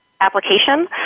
application